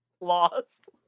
lost